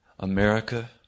America